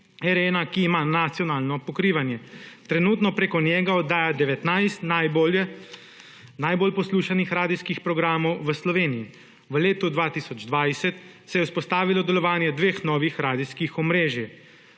R1, ki ima nacionalno pokrivanje. Trenutno preko njega oddaja 19 najbolj poslušanih radijskih programov v Sloveniji. V letu 2020 se je vzpostavilo delovanje dveh novih radijskih omrežij;